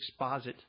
exposit